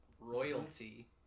royalty